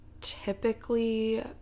typically